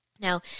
Now